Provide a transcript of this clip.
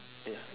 ya